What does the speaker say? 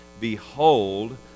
Behold